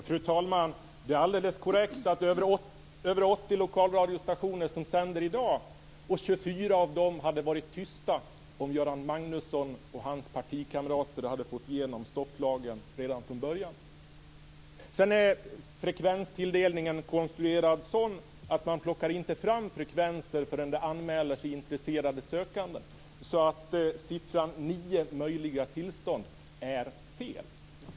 Fru talman! Det är alldeles korrekt att det är över 24 varit tysta om Göran Magnusson och hans partikamrater hade fått igenom stopplagen redan från början. Sedan är frekvenstilldelningen så konstruerad att man plockar inte fram frekvenser förrän det anmäler sig intresserade sökande. Siffran nio möjliga tillstånd är alltså fel.